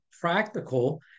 practical